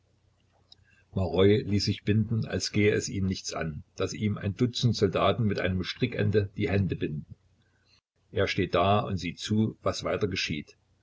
läßt sich binden als gehe es ihn nichts an daß ihm ein dutzend soldaten mit einem strickende die hände binden er steht da und sieht zu was weiter geschieht